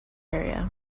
area